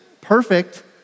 perfect